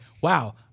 wow